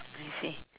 I see